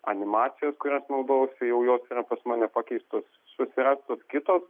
animacijos kurias naudojausi jau jos yra pas mane pakeistos susirastos kitos